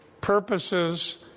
purposes